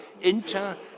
inter-